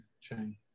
chain